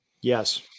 Yes